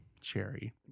Cherry